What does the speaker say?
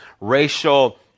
racial